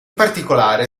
particolare